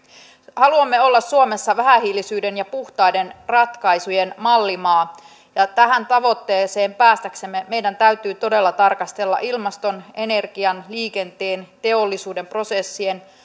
haluamme olla suomessa vähähiilisyyden ja puhtaiden ratkaisujen mallimaa ja tähän tavoitteeseen päästäksemme meidän täytyy todella tarkastella ilmaston energian liikenteen teollisuuden prosessien